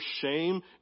shame